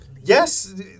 Yes